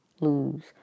lose